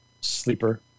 sleeper